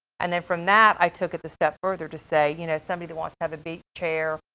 and then from that i took it the step further to say, you know, somebody that wants to have a beach chair,